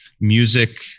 music